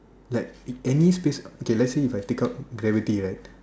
like in any space kay lets say if I take out gravity right